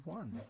one